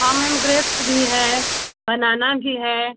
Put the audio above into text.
हाँ ma'am grapes भी है बनाना भी है